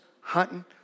hunting